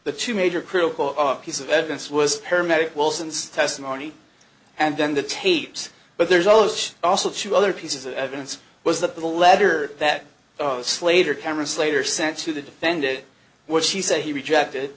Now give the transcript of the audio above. the two major critical piece of evidence was paramedic wilson's testimony and then the tapes but there's all of those also two other pieces of evidence was that the letter that slater cameras later sent to the defended what she said he rejected